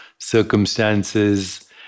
circumstances